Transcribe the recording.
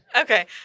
Okay